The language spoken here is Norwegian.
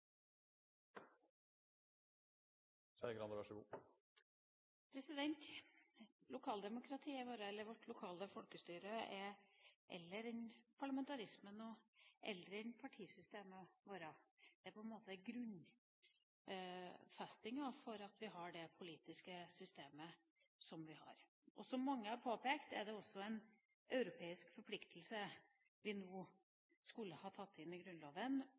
enn parlamentarismen og eldre enn partisystemet vårt. Det er grunnfestinga for at vi har det politiske systemet som vi har. Som mange har påpekt, er det også en europeisk forpliktelse som vi nå skulle ha tatt inn i Grunnloven